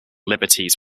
liberties